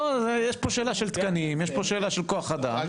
לא, אני אומר --- יש פה שאלה, חבר'ה בואו.